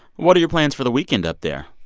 what are your plans for the weekend up there?